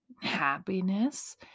Happiness